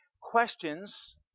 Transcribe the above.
Questions